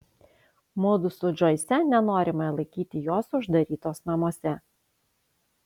mudu su džoise nenorime laikyti jos uždarytos namuose